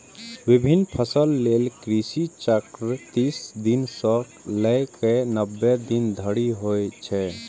विभिन्न फसल लेल कृषि चक्र तीस दिन सं लए कए नब्बे दिन धरि होइ छै